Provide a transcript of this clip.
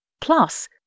Plus